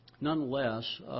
nonetheless